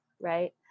Right